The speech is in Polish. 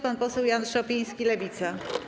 Pan poseł Jan Szopiński, Lewica.